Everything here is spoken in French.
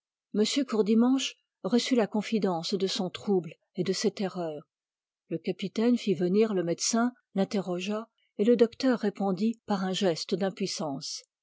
courdimanche reçut la confidence de son trouble et de ses erreurs le capitaine fit venir le médecin l'interrogea et le docteur répondit par un geste d'impuissance